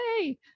hey